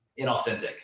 inauthentic